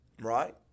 right